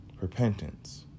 Repentance